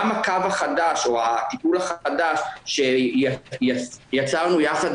גם הקו החדש או הטיפול החדש שיצרנו יחד